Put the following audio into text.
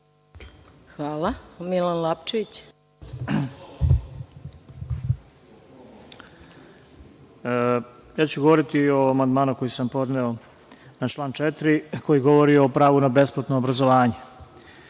**Milan Lapčević** Govoriću o amandmanu koji sam podneo na član 4, a koji govori o pravu na besplatno obrazovanje.